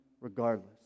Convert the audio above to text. regardless